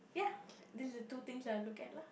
ya this is the two things I'll look at lah